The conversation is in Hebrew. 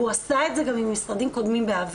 והוא עשה את זה גם עם משרדים קודמים בעבר,